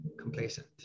complacent